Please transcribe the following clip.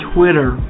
Twitter